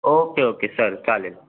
okay okay sir चालेल